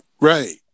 Right